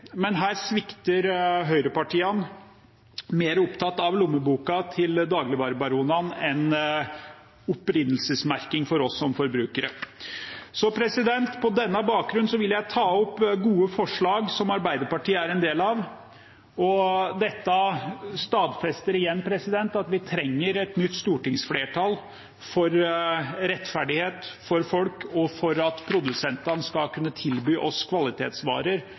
men her svikter høyrepartiene. De er mer opptatt av lommeboka til dagligvarebaronene enn av opprinnelsesmerking for oss som forbrukere. På denne bakgrunnen vil jeg ta opp gode forslag som Arbeiderpartiet er en del av. Dette stadfester igjen at vi trenger et nytt stortingsflertall for rettferdighet for folk, for at produsentene skal kunne tilby oss kvalitetsvarer,